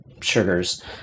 sugars